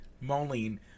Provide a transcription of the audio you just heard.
Moline